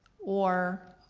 or